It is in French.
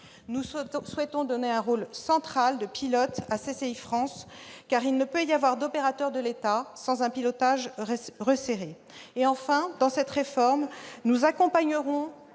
Nous souhaitons donner un rôle central de pilote à CCI France, car il ne peut y avoir d'opérateurs de l'État sans un pilotage resserré. Enfin, dans cette réforme, nous accompagnerons